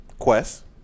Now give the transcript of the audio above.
Quest